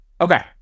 Okay